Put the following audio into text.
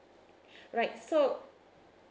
right so